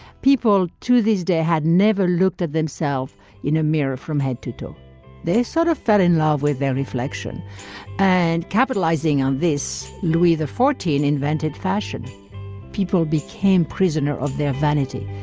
people to this day had never looked at themselves in a mirror from head to toe they sort of fell in love with their reflection and capitalizing on this. louis, the fourteen invented fashion people became prisoner of their vanity.